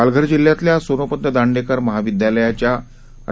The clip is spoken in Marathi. पालघर जिल्ह्यातल्या सोनोपंत दांडेकर महाविद्यालयाच्या रा